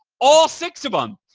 all six of them.